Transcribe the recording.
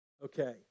Okay